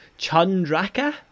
Chandraka